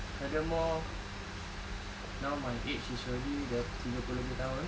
furthermore now my age is already dah tiga puluh lebih tahun